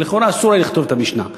כי לכאורה אסור היה לכתוב את המשנה.